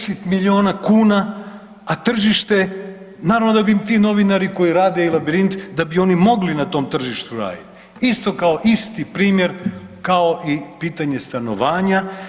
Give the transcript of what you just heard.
10 milijuna kuna a tržište naravno da bi ti novinari koji rade i Labirint da bi oni mogli na tom tržištu raditi isto kao isti primjer kao i pitanje stanovanja.